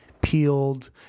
peeled